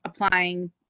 applying